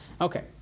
Okay